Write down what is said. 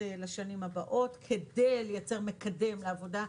לשנים הבאות כדי לייצר מקדם לעבודה.